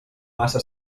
massa